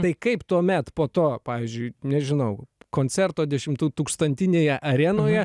tai kaip tuomet po to pavyzdžiui nežinau koncerto dešimtų tūkstantinėje arenoje